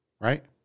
Right